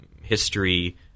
history